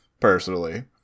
personally